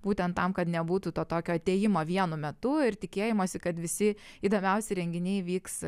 būtent tam kad nebūtų to tokio atėjimo vienu metu ir tikėjimosi kad visi įdomiausi renginiai vyks